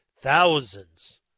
thousands